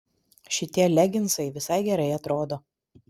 šitie leginsai visai gerai atrodo